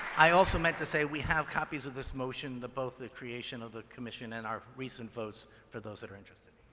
i also meant to say, we have copies of this motion, both the creation of the commission and our recent votes for those that are interested.